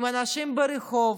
עם אנשים ברחוב,